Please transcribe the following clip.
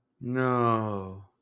No